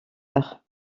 heure